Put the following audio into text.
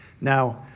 Now